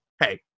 hey